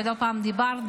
ולא פעם דיברנו.